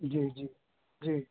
जी जी जी